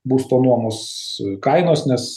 būsto nuomos kainos nes